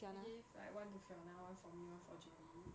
I gave like one to fiona one for me one for joey